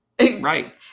Right